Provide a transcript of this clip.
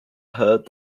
heard